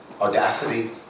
audacity